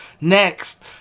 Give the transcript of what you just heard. next